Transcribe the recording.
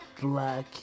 black